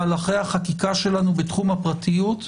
מהלכי החקיקה שלנו בתחום הפרטיות,